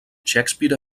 shakespeare